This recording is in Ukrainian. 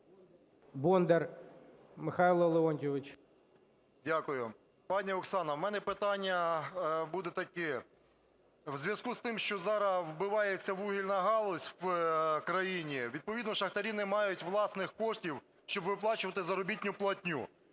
БОНДАР М.Л. Дякую. Пані Оксано, в мене питання буде таке. У зв’язку з тим, що зараз вбивається вугільна галузь в країні, відповідно шахтарі не мають власних коштів, щоб виплачувати заробітну платню.